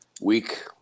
week